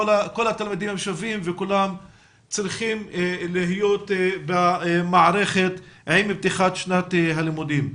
כל התלמידים הם שווים וכולם צריכים להיות במערכת עם פתיחת שנת הלימודים.